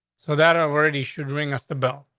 so that already should bring us the bell.